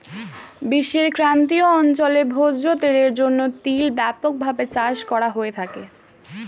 বিশ্বের ক্রান্তীয় অঞ্চলে ভোজ্য তেলের জন্য তিল ব্যাপকভাবে চাষ করা হয়ে থাকে